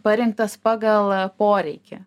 parinktas pagal poreikį